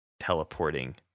teleporting